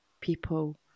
people